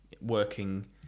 working